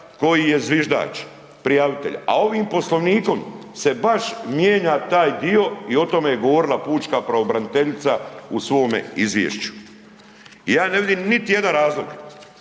koji je zviždač, prijavitelja, a ovim poslovnikom se baš mijenja taj dio i o tome je govorila pučka pravobraniteljica u svome izvješću. Ja ne vidim niti jedan razloga